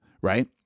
right